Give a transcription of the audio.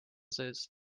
sees